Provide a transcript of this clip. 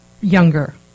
younger